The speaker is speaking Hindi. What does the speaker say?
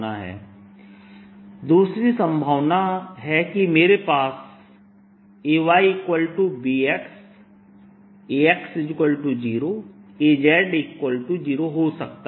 Ay∂x Ax∂yB AyBx2 Ax By2 AB2 yxxy Bs2 दूसरी संभावना है कि मेरे पास AyBx Ax0 Az0 हो सकता है